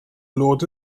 lord